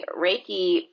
Reiki